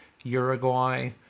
Uruguay